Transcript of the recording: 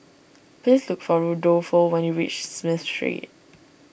please look for Rudolfo when you reach Smith Street